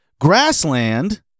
Grassland